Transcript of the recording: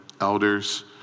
elders